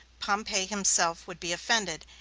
pompey himself would be offended,